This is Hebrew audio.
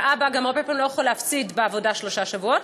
והאבא הרבה פעמים גם לא יכול להפסיד בעבודה שלושה שבועות.